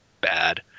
bad